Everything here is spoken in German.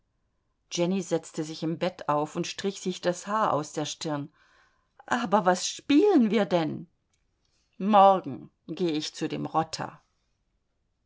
jenny setzte sich im bett auf und strich sich das haar aus der stirn aber was spielen wir denn morgen geh ich zum rotter